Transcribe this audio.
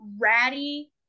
ratty